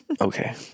okay